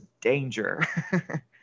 danger